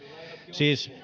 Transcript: siis